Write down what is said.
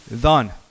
done